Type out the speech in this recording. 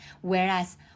whereas